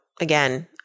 again